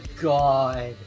god